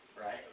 Right